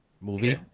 movie